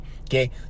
Okay